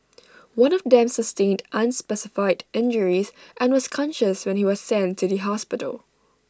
one of them sustained unspecified injuries and was conscious when he was sent to the hospital